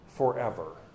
forever